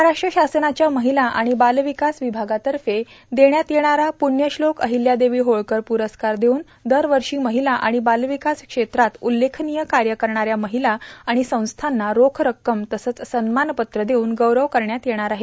महाराष्ट्र शासनाच्या र्माहला आर्गण बाल र्वकास र्विभागातफ देण्यात येणारा पूण्यश्लोक र्आहल्यादेवी होळकर पुरस्कार देवून दरवर्षा माहला आणण बार्लावकास क्षेत्रात उल्लेखनीय काय करणा या र्माहला आर्माण संस्थांना रोख रक्कम तसंच सन्मानपत्र देऊन गौरव करण्यात येणार आहे